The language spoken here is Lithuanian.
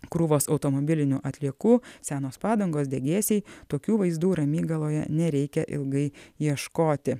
krūvos automobilinių atliekų senos padangos degėsiai tokių vaizdų ramygaloje nereikia ilgai ieškoti